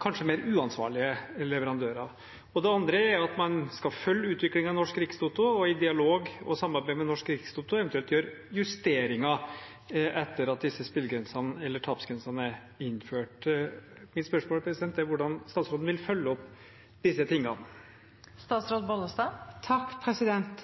kanskje mer uansvarlige leverandører. Det andre går på at man skal følge utviklingen i Norsk Rikstoto og i dialog og samarbeid med Norsk Rikstoto eventuelt gjøre justeringer etter at disse spillegrensene, eller tapsgrensene, er innført. Mitt spørsmål er: Hvordan vil statsråden følge opp